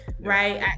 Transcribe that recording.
right